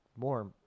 More